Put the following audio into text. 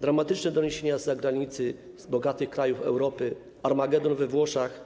Dramatyczne doniesienia z zagranicy, z bogatych krajów Europy: armagedon we Włoszech,